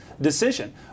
decision